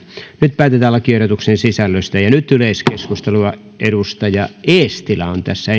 nyt päätetään lakiehdotuksen sisällöstä nyt yleiskeskustelua edustaja eestilä on tässä